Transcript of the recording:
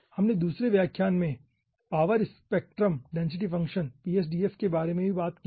हमने दूसरे व्याख्यान में power spectrum density function PSDF के बारे में भी बात की है